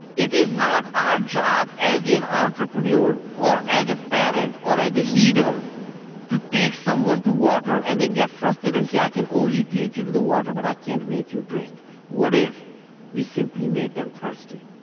it is not our job as an entrepreneur or as a parent or as a leader to take someone to water and then get frustrated and say i can only take you to the water but i can't make you drink what if we simply made them thirsty?